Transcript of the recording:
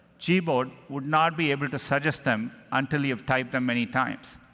gboard would not be able to suggest them until you've typed them many times.